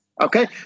Okay